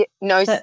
No